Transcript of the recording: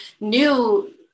new